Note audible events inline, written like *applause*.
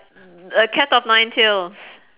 *noise* a cat of nine tails